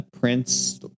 Prince